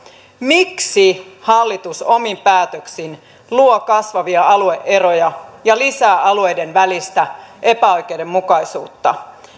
miksi hallitus omin päätöksin luo kasvavia alue eroja ja lisää alueiden välistä epäoikeudenmukaisuutta